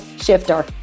shifter